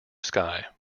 sky